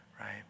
right